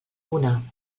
una